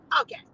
Okay